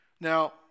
Now